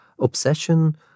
obsession